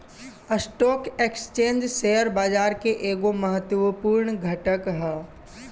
stock exchange share बाजार के एगो महत्वपूर्ण घटक ह